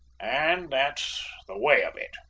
and that's the way of it?